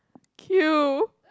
queue